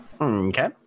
Okay